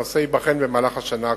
והנושא ייבחן במהלך השנה הקרובה.